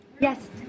Yes